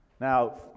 Now